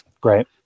Great